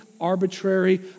arbitrary